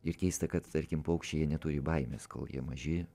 ir keista kad tarkim paukščiai jie neturi baimės kol jie maži